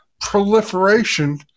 Proliferation